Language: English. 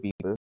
people